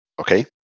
Okay